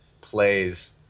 plays